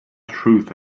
truth